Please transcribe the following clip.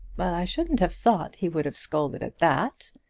but i shouldn't have thought he would have scolded at that.